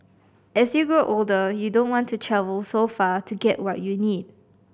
as you grow older you don't want to travel so far to get what you need